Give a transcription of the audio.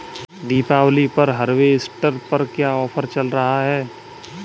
दीपावली पर हार्वेस्टर पर क्या ऑफर चल रहा है?